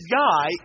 guy